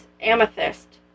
Amethyst